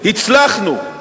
הצלחנו.